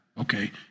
Okay